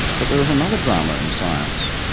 but there is another drama in science,